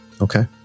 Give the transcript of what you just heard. Okay